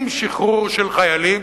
עם שחרור של חיילים,